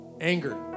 anger